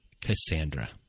cassandra